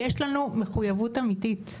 יש לנו מחויבות אמיתית,